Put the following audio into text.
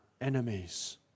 enemies